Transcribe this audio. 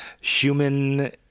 human